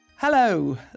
Hello